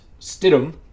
Stidham